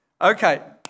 Okay